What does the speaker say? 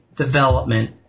Development